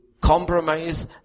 compromise